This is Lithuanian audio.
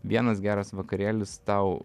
vienas geras vakarėlis tau